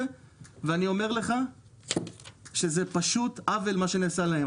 ואני אומר לך שזה פשוט עוול מה שנעשה להם.